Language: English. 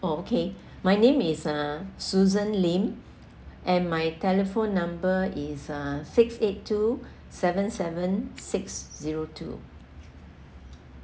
oh okay my name is uh susan lim and my telephone number is uh six eight two seven seven six zero two